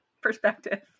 perspective